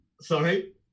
Sorry